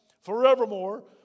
forevermore